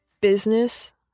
business